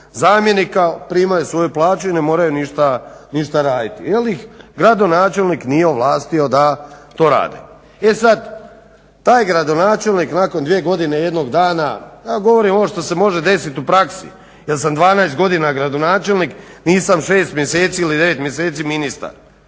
zamjenika, primaju svoju plaću i ne moraju ništa raditi jer ih gradonačelnik nije ovlastio da to rade. E sad taj gradonačelnik nakon 2 godine i 1 dana, govorim ovo što se može desit u praksu jer sam 12 godina gradonačelnik, nisam 6 mjeseci ili 9 mjeseci ministar.